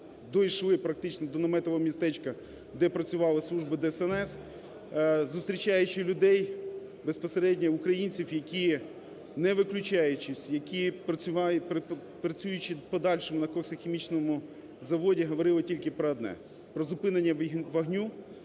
дійшли практично до наметового містечка, де працювали служби ДСНС, зустрічаючи людей безпосередньо українців, які не виключаюсь, які, працюючи в подальшому на коксохімічному заводі, говорили тільки про одне: про зупинення вогню,